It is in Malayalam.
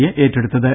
എ ഏറ്റെടുത്തത്